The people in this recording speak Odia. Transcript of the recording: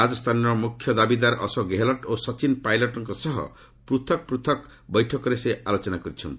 ରାଜସ୍ଥାନର ମ୍ରଖ୍ୟ ଦାବିଦାର ଅଶୋକ ଗେହଲଟ ଓ ସଚନ୍ ପାଇଲଟଙ୍କ ସହ ପୂଥକ ପୂଥକ ବୈଠକରେ ସେ ଆଲୋଚନା କରିଛନ୍ତି